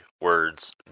words